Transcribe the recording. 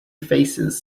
faces